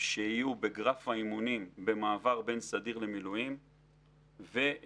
שיהיו בגרף האימונים במעבר בין סדיר למילואים ותוכנית